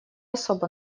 особо